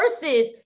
versus